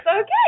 Okay